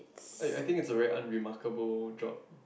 I I think it's a very unremarkable job